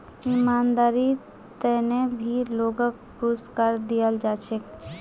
ईमानदारीर त न भी लोगक पुरुस्कार दयाल जा छेक